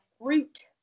fruit